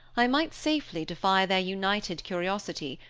i might safely defy their united curiosity,